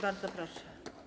Bardzo proszę.